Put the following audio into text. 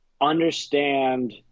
understand